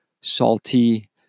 salty